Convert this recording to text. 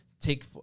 take